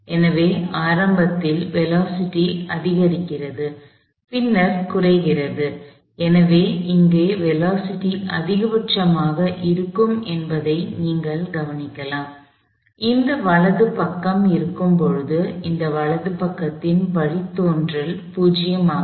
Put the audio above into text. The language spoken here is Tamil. எனவே ஆரம்பத்தில் வேலோஸிட்டி அதிகரிக்கிறது பின்னர் குறைகிறது எனவே இங்கே வேலோஸிட்டி அதிகபட்சமாக இருக்கும் என்பதை நீங்கள் கவனிக்கலாம் இந்த வலது பக்கம் இருக்கும் போது இந்த வலது பக்கத்தின் வழித்தோன்றல் 0 ஆகும்